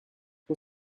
who